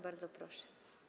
Bardzo proszę.